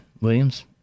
Williams